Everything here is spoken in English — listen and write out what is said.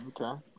Okay